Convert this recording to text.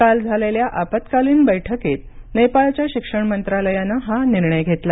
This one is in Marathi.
काल झालेल्या आपत्कालीन बैठकीत नेपाळच्या शिक्षण मंत्रालयानं हा निर्णय घेतला